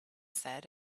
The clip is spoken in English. said